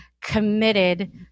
committed